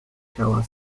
ciała